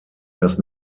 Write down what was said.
das